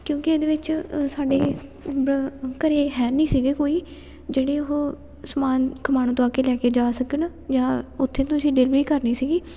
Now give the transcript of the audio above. ਕਿਉਂਕਿ ਇਹਦੇ ਵਿੱਚ ਸਾਡੇ ਬ੍ਰ ਘਰੇ ਹੈ ਨਹੀਂ ਸੀਗੇ ਕੋਈ ਜਿਹੜੇ ਉਹ ਸਮਾਨ ਖਮਾਣੋ ਤੋਂ ਆ ਕੇ ਲੈ ਕੇ ਜਾ ਸਕਣ ਜਾਂ ਉੱਥੇ ਤੁਸੀਂ ਡਿਲੀਵਰੀ ਕਰਨੀ ਸੀਗੀ